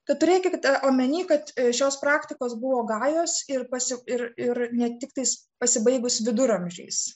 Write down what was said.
turėkite omeny kad šios praktikos buvo gajos ir pasi ir ir ne tik tais pasibaigus viduramžiais